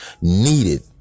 needed